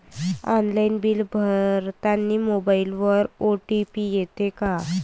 Online bill भरतानी मोबाईलवर OTP येते का?